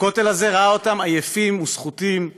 הכותל הזה ראה אותם עייפים וסחוטים /